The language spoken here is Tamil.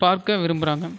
பார்க்க விரும்புகிறாங்க